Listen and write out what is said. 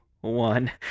one